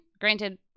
granted